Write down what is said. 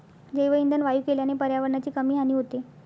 जैवइंधन वायू केल्याने पर्यावरणाची कमी हानी होते